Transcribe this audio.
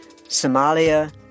Somalia